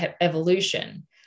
evolution